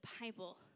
Bible